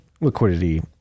liquidity